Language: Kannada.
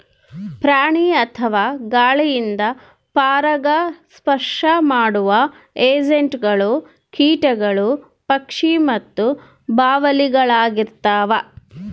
ಪ್ರಾಣಿ ಅಥವಾ ಗಾಳಿಯಿಂದ ಪರಾಗಸ್ಪರ್ಶ ಮಾಡುವ ಏಜೆಂಟ್ಗಳು ಕೀಟಗಳು ಪಕ್ಷಿ ಮತ್ತು ಬಾವಲಿಳಾಗಿರ್ತವ